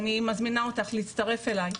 אני מזמינה אותך להצטרף אליי,